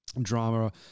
drama